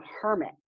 hermit